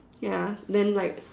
ya then like